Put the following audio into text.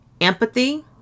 empathy